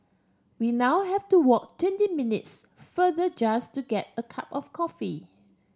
we now have to walk twenty minutes farther just to get a cup of coffee